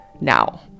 now